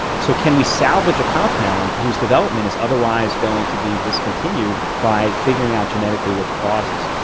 so can we salvage a compound whose development is otherwise going to be discontinued by figuring out genetically what the cause is.